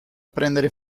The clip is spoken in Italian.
prendere